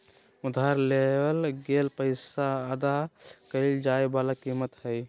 उधार लेवल गेल पैसा के अदा कइल जाय वला कीमत हइ